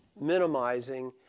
minimizing